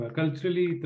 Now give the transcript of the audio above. culturally